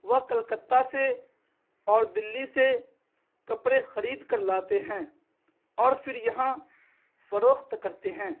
وہ کلکتہ سے اور دلّی سے کپڑے خرید کر لاتے ہیں اور پھر یہاں فروخت کرتے ہیں